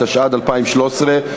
התשע"ד 2013,